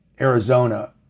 Arizona